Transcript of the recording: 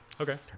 Okay